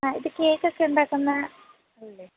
അ ഇത് കേക്കൊക്കെ ഉണ്ടാക്കുന്ന